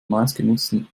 meistgenutzten